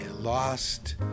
lost